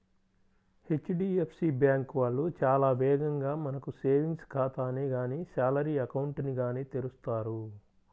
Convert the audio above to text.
HDFC bank వాళ్ళు చాలా వేగంగా మనకు సేవింగ్స్ ఖాతాని గానీ శాలరీ అకౌంట్ ని గానీ తెరుస్తారు